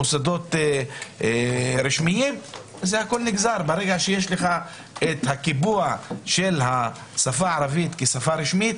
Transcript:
מוסדות רשמיים הכול נגזר ברגע שיש לך את קיבוע השפה הערבית כשפה רשמית.